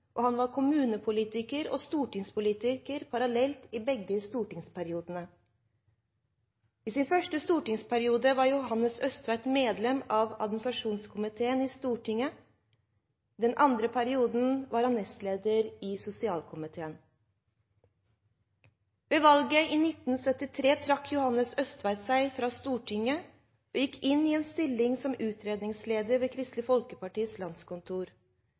og han var kommunepolitiker og stortingspolitiker parallelt i begge stortingsperiodene. I sin første stortingsperiode var Johannes Østtveit medlem av Administrasjonskomiteen i Stortinget. I den andre perioden var han nestleder i Sosialkomiteen. Ved valget i 1973 trakk Johannes Østtveit seg fra Stortinget og gikk inn i en stilling som utredningsleder ved Kristelig Folkepartis landskontor.